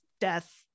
death